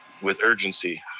with urgency.